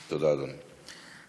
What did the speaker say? תודה, אדוני.